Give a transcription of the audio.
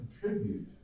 contribute